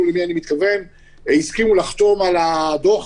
למי אני מתכוון הסכימו לחתום על הדוח.